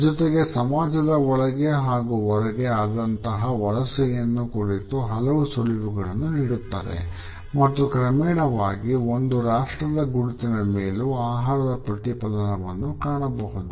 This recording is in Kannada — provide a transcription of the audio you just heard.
ಜೊತೆಗೆ ಸಮಾಜದ ಒಳಗೆ ಹಾಗೂ ಹೊರಗೆ ಆದಂತಹ ವಲಸೆಯನ್ನು ಕುರಿತು ಹಲವು ಸುಳಿವುಗಳನ್ನು ನೀಡುತ್ತದೆ ಮತ್ತು ಕ್ರಮೇಣವಾಗಿ ಒಂದು ರಾಷ್ಟ್ರದ ಗುರುತಿನ ಮೇಲು ಆಹಾರದ ಪ್ರತಿಫಲನವಿರುವುದನ್ನು ಕಾಣಬಹುದು